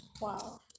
Wow